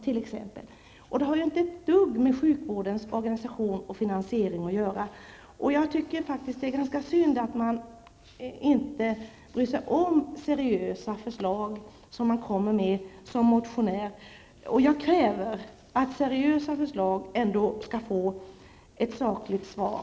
Det har alltså inte ett dugg med sjukvårdens organisation och finansiering att göra. Jag tycker faktiskt att det är ganska synd att utskottet inte bryr sig om seriösa förslag som man kommer med som motionär. Jag kräver att seriösa förslag ändå skall få ett sakligt svar.